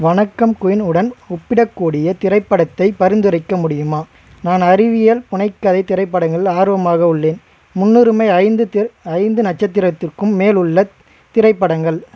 வணக்கம் குயின் உடன் ஒப்பிடக்கூடிய திரைப்படத்தைப் பரிந்துரைக்க முடியுமா நான் அறிவியல் புனைக்கதை திரைப்படங்களில் ஆர்வமாக உள்ளேன் முன்னுரிமை ஐந்து திர் ஐந்து நட்சத்திரத்திற்கும் மேல் உள்ள திரைப்படங்கள்